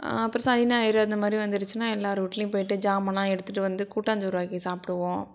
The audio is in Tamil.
அப்புறம் சனி ஞாயிறு அந்த மாதிரி வந்துடிச்சுனா எல்லார் வீட்லையும் போயிட்டு ஜாமாலாம் எடுத்துகிட்டு வந்து கூட்டாஞ்சோறு ஆக்கி சாப்பிடுவோம்